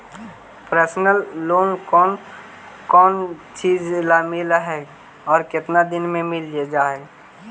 Personal loan कोन कोन चिज ल मिल है और केतना दिन में मिल जा है?